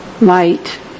light